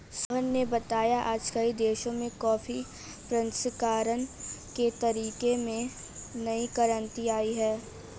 सोहन ने बताया आज कई देशों में कॉफी प्रसंस्करण के तरीकों में नई क्रांति आई है